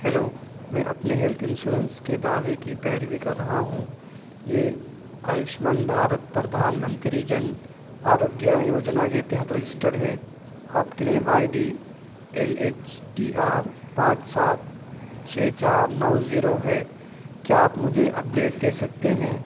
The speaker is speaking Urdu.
ہیلو میں اپنے ہیلتھ انشورنس کے دعوے کی پیروی کر رہا ہوں یہ آیوشمان بھارت پردھان منتری جن آروگیہ یوجنا کے تحت رجسٹرڈ ہے آپ claim I D L H T R پانچ سات چھ چار نو زیرو ہے کیا آپ مجھے اپڈیٹ دے سکتے ہیں